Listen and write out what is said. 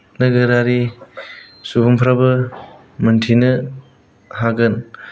नोगोरारि सुबुंफ्राबो मोन्थिनो हागोन